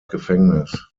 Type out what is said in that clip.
gefängnis